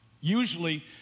Usually